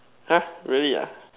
!huh! really ah